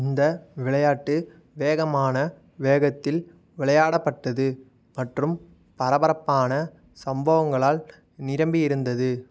இந்த விளையாட்டு வேகமான வேகத்தில் விளையாடப்பட்டது மற்றும் பரபரப்பான சம்பவங்களால் நிரம்பி இருந்தது